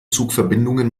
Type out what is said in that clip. zugverbindungen